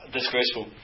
disgraceful